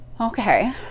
Okay